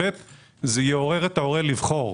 ושנית זה יעורר את ההורה לבחור.